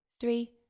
three